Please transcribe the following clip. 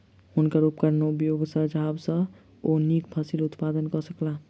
हुनकर उपकरण उपयोगक सुझाव सॅ ओ नीक फसिल उत्पादन कय सकला